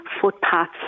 footpaths